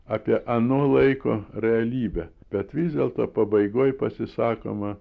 apie ano laiko realybę bet vis dėlto pabaigoj pasisakoma